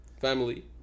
family